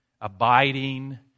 abiding